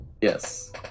Yes